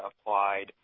Applied